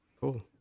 Cool